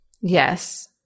Yes